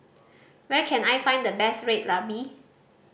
where can I find the best Red Ruby